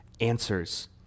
answers